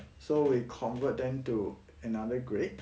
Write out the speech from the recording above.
so we convert them to another grade